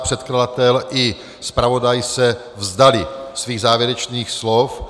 Předkladatel i zpravodaj se vzdali svých závěrečných slov.